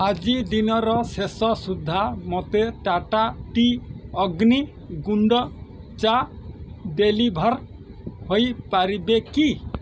ଆଜି ଦିନର ଶେଷ ସୁଦ୍ଧା ମୋତେ ଟାଟା ଟି ଅଗ୍ନି ଗୁଣ୍ଡ ଚା ଡେଲିଭର୍ ହୋଇ ପାରିବେ କି